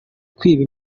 kwiba